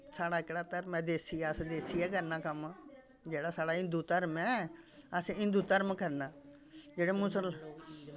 साढ़ा एह्कड़ा धर्म ऐ देसी अस देसी गै करना कम्म जेह्ड़ा साढ़ा हिंदू धर्म ऐ असें हिन्दू धर्म करना जेह्ड़े मुसल